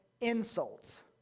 insults